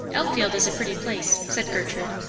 elmfield is a pretty place, said gertrude.